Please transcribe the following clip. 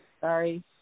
Sorry